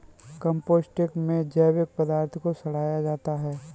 composting में जैविक पदार्थ को सड़ाया जाता है